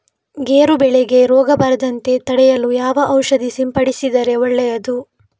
ಗೇರು ಬೆಳೆಗೆ ರೋಗ ಬರದಂತೆ ತಡೆಯಲು ಯಾವ ಔಷಧಿ ಸಿಂಪಡಿಸಿದರೆ ಒಳ್ಳೆಯದು?